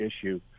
issue